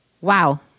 Wow